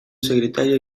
secretario